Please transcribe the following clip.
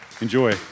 Enjoy